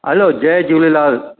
हलो जय झूलेलाल